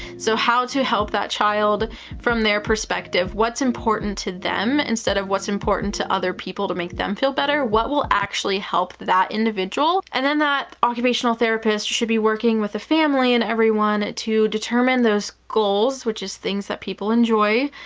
so how to help that child from their perspective. what's important to them instead of what's important to other people to make them feel better. what will actually help that individual? and then that occupational therapist should be working with the family and everyone to determine those goals, which is things that people enjoy,